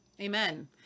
Amen